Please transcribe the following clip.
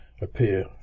appear